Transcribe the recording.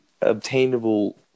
obtainable